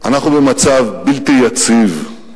אנחנו במצב בלתי יציב.